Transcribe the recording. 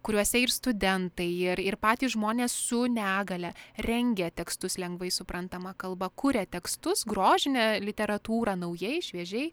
kuriuose ir studentai ir ir patys žmonės su negalia rengia tekstus lengvai suprantama kalba kuria tekstus grožinę literatūrą naujai šviežiai